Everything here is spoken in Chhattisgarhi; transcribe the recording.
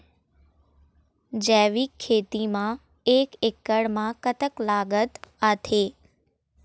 जैविक खेती म एक एकड़ म कतक लागत आथे?